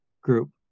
group